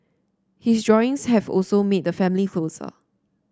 his drawings have also made the family closer